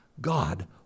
God